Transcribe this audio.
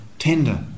Tender